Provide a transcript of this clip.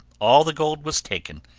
all the gold was taken,